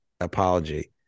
apology